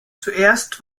zuerst